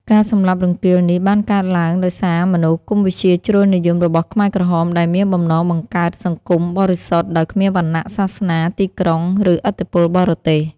ការសម្លាប់រង្គាលនេះបានកើតឡើងដោយសារមនោគមវិជ្ជាជ្រុលនិយមរបស់ខ្មែរក្រហម ដែលមានបំណងបង្កើត "សង្គមបរិសុទ្ធ" ដោយគ្មានវណ្ណៈ សាសនា ទីក្រុង ឬឥទ្ធិពលបរទេស។